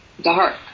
Dark